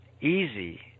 easy